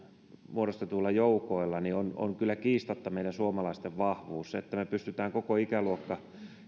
muodostetuilla joukoilla on on kyllä kiistatta meidän suomalaisten vahvuus se että me pystymme koko ikäluokan